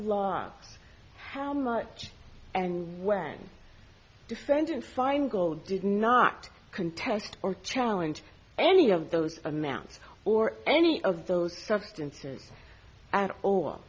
law how much and when defendant feingold did not contest or challenge any of those amounts or any of those substances at all